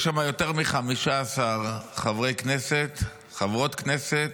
יש שם יותר מ-15 חברי כנסת, חברות כנסת,